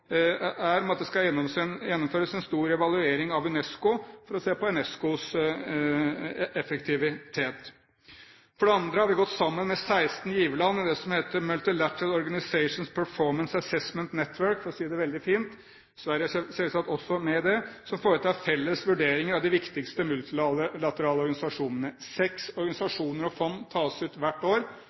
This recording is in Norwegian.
at det skal gjennomføres en stor evaluering av UNESCO for å se på UNESCOs effektivitet. For det andre har vi gått sammen med 16 giverland i det som heter The Multilateral Organisation Performance Assessment Network, for å si det veldig fint. Det er selvsagt også for å foreta en felles vurdering av de viktigste multilaterale organisasjonene. Seks organisasjoner og fond tas ut hvert år.